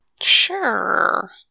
Sure